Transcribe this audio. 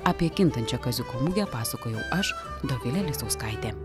apie kintančią kaziuko mugę pasakojau aš dovilė lisauskaitė